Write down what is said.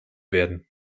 werden